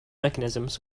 mechanisms